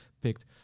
picked